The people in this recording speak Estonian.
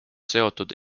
seotud